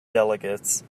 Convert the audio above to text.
delegates